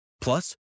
Plus